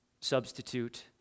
substitute